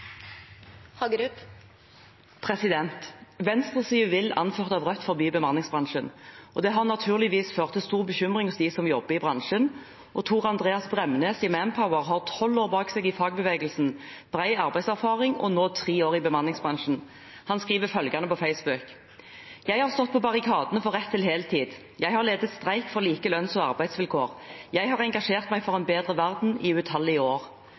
har naturligvis ført til stor bekymring hos dem som jobber i bransjen. Tor Andreas Bremnes i Manpower har tolv år bak seg i fagbevegelsen, bred arbeidserfaring og nå tre år i bemanningsbransjen. Han skriver følgende på Facebook: Jeg har stått på barrikadene for rett til heltid, jeg har ledet streik for like lønns- og arbeidsvilkår, jeg har engasjert meg for en bedre verden i utallige år.